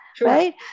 right